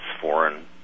foreign